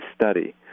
study